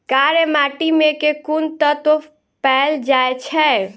कार्य माटि मे केँ कुन तत्व पैल जाय छै?